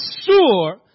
sure